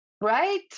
Right